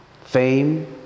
fame